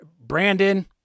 Brandon